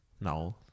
No